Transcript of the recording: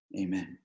Amen